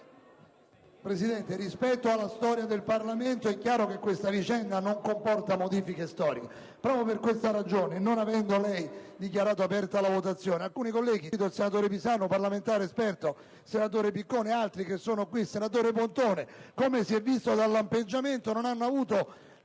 Presidente, rispetto alla storia del Parlamento, è chiaro che questa vicenda non comporta modifiche storiche. Proprio per questa ragione, non avendo lei dichiarato aperta la votazione, alcuni colleghi, quali il senatore Pisanu, parlamentare esperto, il senatore Piccone, il senatore Pontone e altri che sono presenti, come si è visto dalla accensione delle luci, non hanno avuto